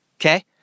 okay